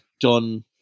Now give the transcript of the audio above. done